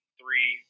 three